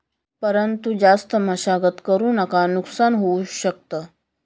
परंतु जास्त मशागत करु नका नुकसान होऊ शकत